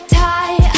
tie